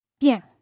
Bien